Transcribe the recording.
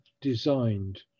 designed